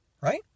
right